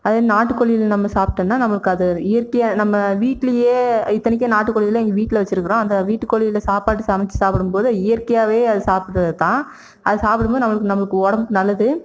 அதே நாட்டுக் கோழியில் நம்ம சாப்பிட்டோன்னா நமக்கு அது இயற்கையாக நம்ம வீட்லேயே இத்தனைக்கும் நாட்டு கோழியெல்லாம் எங்கள் வீட்டில் வெச்சிருக்கிறோம் அந்த வீட்டுக் கோழியில் சாப்பாடு சமைத்து சாப்பிடும்போது இயற்கையாகவே அது சாப்பிட்றது தான் அது சாப்பிடும்போது நம்மளுக்கு நம்மளுக்கு உடம்புக்கு நல்லது